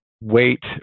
weight